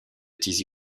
tizi